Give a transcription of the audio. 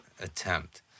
attempt